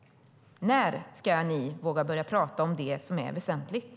När ska ni våga börja tala om det som är väsentligt?